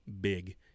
big